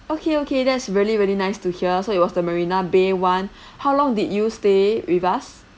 okay okay that's really really nice to hear so it was the marina bay [one] how long did you stay with us